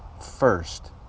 first